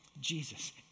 Jesus